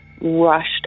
rushed